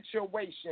situation